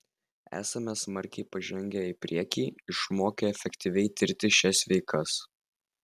esame smarkiai pažengę į priekį išmokę efektyviai tirti šias veikas